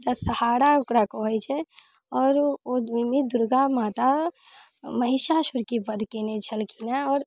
दशहरा ओकरा कहैत छै आओर ओहिमे दुर्गा माता महिषासुरके वध कयने छलखिन हेँ आओर